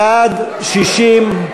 בעד, 60,